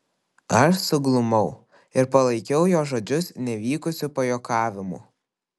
aš suglumau ir palaikiau jo žodžius nevykusiu pajuokavimu